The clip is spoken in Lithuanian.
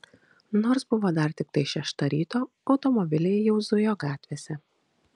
nors buvo dar tiktai šešta ryto automobiliai jau zujo gatvėse